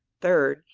third,